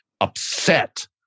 upset